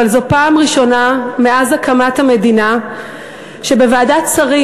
אבל זו פעם ראשונה מאז הקמת המדינה שבוועדת שרים